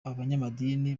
abanyamadini